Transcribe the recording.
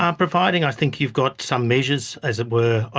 um providing i think you've got some measures, as it were,